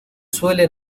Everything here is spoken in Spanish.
suelen